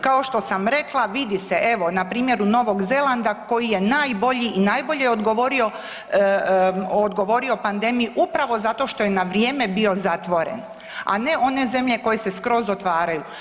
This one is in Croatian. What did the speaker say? Kao što sam rekla vidi se evo na primjeru Novog Zelanda koji je najbolji i najbolje je odgovorio, odgovorio pandemiji upravo zato što je na vrijeme bio zatvoren, a ne one zemlje koje se skroz otvaraju.